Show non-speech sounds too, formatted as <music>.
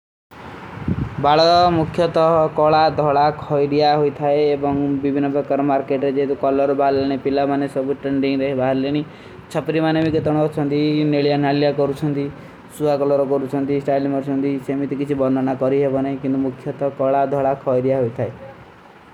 ବାଲୋ ମୁଖ୍ଯୋଂତୋ କଲା, ଧଧା, ଖହଈଡିଯା ହୁଈ ଥାଈ ଏବଂଗ ଵିଵିନୋଂପର କରମ ମାର୍କେଟର ଜେଦୋ କଲାରୋ ବାଲନେ। ପିଲା ମାନେ ସବୂ ଟ୍ରେଂଡିଂଗ ରହ ଭାଲ ଲେନୀ ଚପ୍ରୀ ମାନେ ମୁଖ୍ଯୋଂତୋ ତନଵା ଚଂଦୀ, ନେଲିଯା ନଲିଯା କରୂ ଚଂଦୀ ସ୍ଵାଗତ କଲାରୋ ବାଲନେ ପିଲା ମୁଖ୍ଯୋଂତୋ କଲା, ଧଧା, ଖହଈଡିଯା ହୁଈ ଥାଈ। <unintelligible>